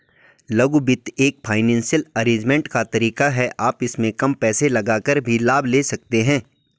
लघु वित्त एक फाइनेंसियल अरेजमेंट का तरीका है आप इसमें कम पैसे लगाकर भी लाभ ले सकते हैं